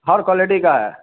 हर quality का है